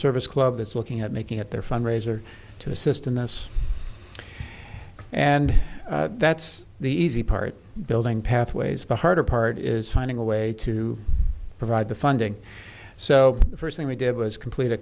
service club that's looking at making it their fundraiser to assist in this and that's the easy part building pathways the harder part is finding a way to provide the funding so the first thing we did was complete a